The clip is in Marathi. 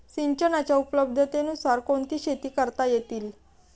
सिंचनाच्या उपलब्धतेनुसार कोणत्या शेती करता येतील?